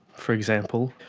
for example,